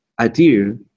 idea